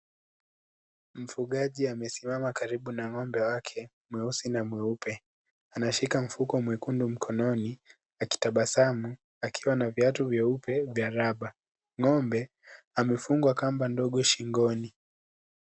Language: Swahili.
"Mfugaji amesimama karibu na ng'ombe wake mweusi na mweupe. Anashika mfuko mwekundu mkononi huku akitabasamu, akiwa na viatu vya raba vyeupe. Ng'ombe amefungwa kamba ndogo shingoni."